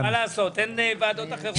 אין ועדות אחרות.